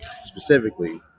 specifically